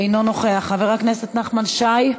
אינו נוכח, חבר הכנסת נחמן שי,